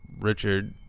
Richard